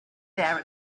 there